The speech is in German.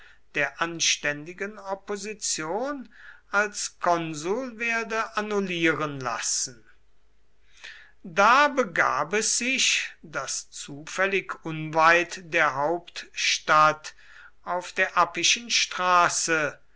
der anständigen opposition als konsul werde annullieren lassen da begab es sich daß zufällig unweit der hauptstadt auf der appischen straße